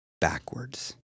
backwards